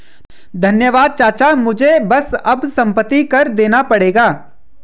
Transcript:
धन्यवाद चाचा मुझे बस अब संपत्ति कर देना पड़ेगा